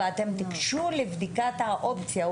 ואתם תיגשו לבדיקת האופציה.